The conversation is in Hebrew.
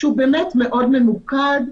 שהוא באמת מאוד ממוקד.